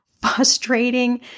frustrating